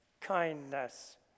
kindness